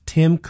Tim